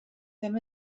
ddim